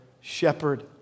shepherd